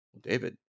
David